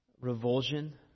revulsion